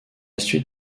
suite